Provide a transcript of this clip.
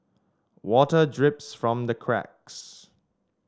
water drips from the cracks